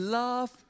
love